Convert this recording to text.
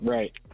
Right